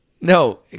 no